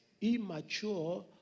immature